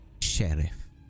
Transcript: Sheriff